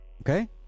okay